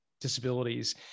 disabilities